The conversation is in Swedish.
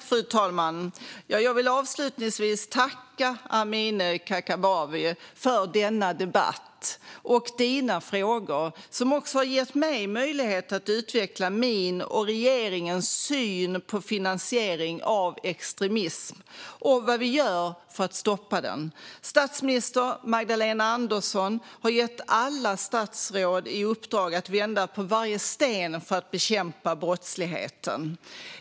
Fru talman! Jag vill avslutningsvis tacka dig, Amineh Kakabaveh, för denna debatt och dina frågor som också har gett mig möjlighet att utveckla min och regeringens syn på finansiering av extremism och vad vi gör för att stoppa den. Statsminister Magdalena Andersson har gett alla statsråd i uppdrag att vända på varje sten för att bekämpa brottsligheten.